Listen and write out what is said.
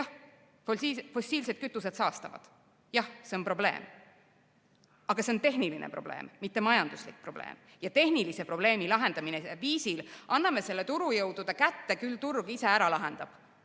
Jah, fossiilsed kütused saastavad, jah, see on probleem. Aga see on tehniline probleem, mitte majanduslik probleem, ja tehnilise probleemi lahendamine viisil "anname selle turujõudude kätte, küll turg ise ära lahendab"